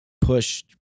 push